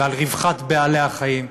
ועל רווחת בעלי-החיים,